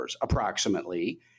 approximately